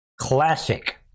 classic